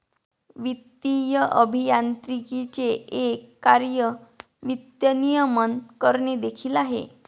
वित्तीय अभियांत्रिकीचे एक कार्य वित्त नियमन करणे देखील आहे